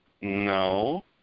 No